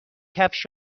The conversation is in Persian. کفش